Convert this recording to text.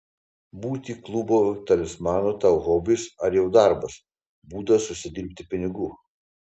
būti klubo talismanu tau hobis ar jau darbas būdas užsidirbti pinigų